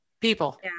people